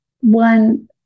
one